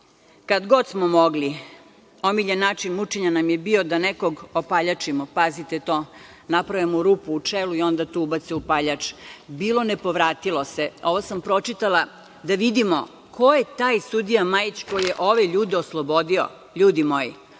kad god smo mogli. Omiljen način mučenja nam je bio da nekog opaljačimo. Pazite to, naprave mu rupu u čelu i onda tu ubace upaljač. Bilo, ne povratilo se. Ovo sam pročitala da vidimo ko je taj sudija Majić koji je ove ljude oslobodio, ljudi moji.